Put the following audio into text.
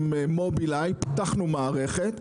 עם מובילאיי פיתחנו מערכת,